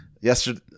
Yesterday